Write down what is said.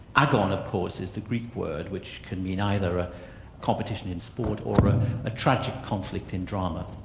agon of course is the greek word which can mean either a competition in sport or a tragic conflict in drama.